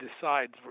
decides